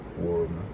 warm